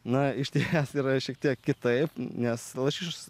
na išties yra šiek tiek kitaip nes lašišos